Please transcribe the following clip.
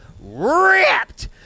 ripped